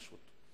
פשוט.